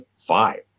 five